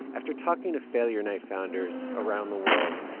after talking to failure night founders around the world,